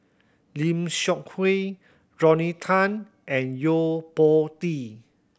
Lim Seok Hui Rodney Tan and Yo Po Tee